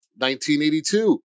1982